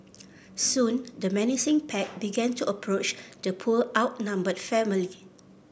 soon the menacing pack began to approach the poor outnumbered family